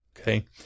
Okay